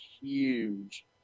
huge